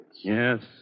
Yes